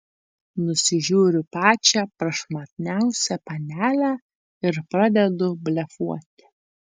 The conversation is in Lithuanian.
nusižiūriu pačią prašmatniausią panelę ir pradedu blefuoti